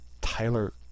Tyler